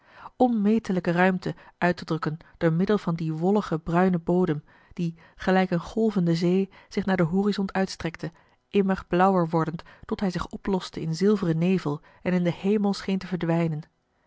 onmetelijke ruimte uittedrukken door middel van dien wolligen bruinen bodem die gelijk een golvende zee zich naar den horizont uitstrekte immer blauwer wordend tot hij zich oploste in zilveren nevel en in den hemel scheen te verdwijnen